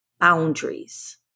boundaries